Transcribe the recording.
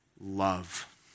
love